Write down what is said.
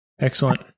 Excellent